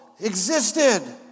existed